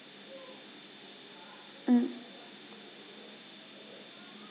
mm